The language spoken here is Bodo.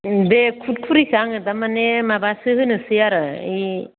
उम बे खुरखुरिखौ आङो थारमानि माबासो होनोसै आरो ऐ